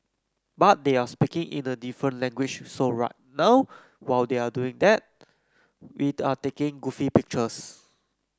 but they're speaking in a different language so right now while they're doing that we're taking goofy pictures